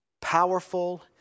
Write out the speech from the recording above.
powerful